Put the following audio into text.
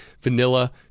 vanilla